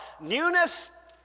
Newness